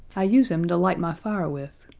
i use him to light my fire with.